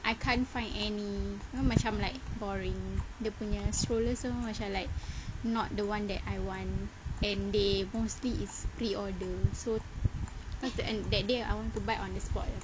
I can't find any know macam like boring dia punya stroller semua macam like not the one that I want and they mostly is pre-order so that day I want to buy on the spot